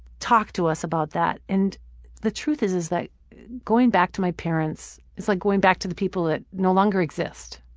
talked to us about that. and the truth is is that going back to my parents is like going back to the people that no longer exist,